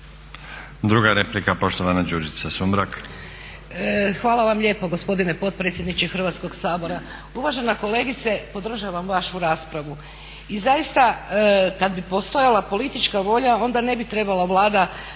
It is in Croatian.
Druga replika, poštovana Đurđica Sumrak.